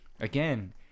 again